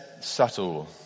subtle